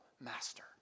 master